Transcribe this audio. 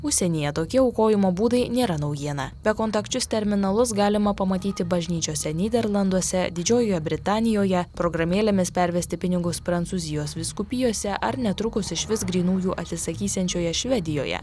užsienyje tokie aukojimo būdai nėra naujiena bekontakčius terminalus galima pamatyti bažnyčiose nyderlanduose didžiojoje britanijoje programėlėmis pervesti pinigus prancūzijos vyskupijose ar netrukus išvis grynųjų atsisakysiančioje švedijoje